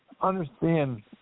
understand